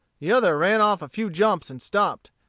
the other ran off a few jumps and stopped,